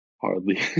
Hardly